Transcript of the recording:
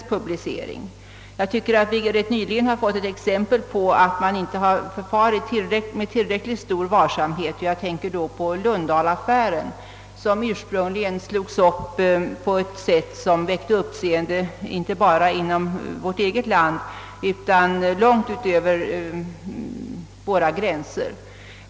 Där tycker jag att vi nyligen har fått ett exempel på att man på företaget inte har förfarit med tillräcklig varsamhet. Jag tänker på Lundahl-affären, som ursprungligen slogs upp på ett sätt som väckte uppseende inte bara här i landet utan även långt utanför våra gränser.